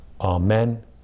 Amen